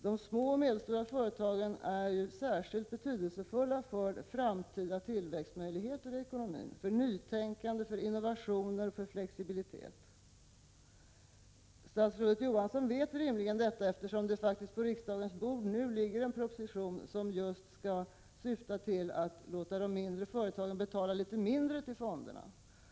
De små och medelstora företagen är särskilt betydelsefulla för framtida tillväxtmöjligheter i ekonomin, för nytänkande, innovationer och flexibilitet. Statsrådet Johansson vet rimligen detta, eftersom det faktiskt på riksdagens bord nu ligger en proposition som just syftar till att låta de mindre företagen betala litet mindre till fonderna.